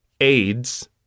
AIDS